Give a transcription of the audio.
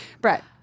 Brett